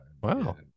Wow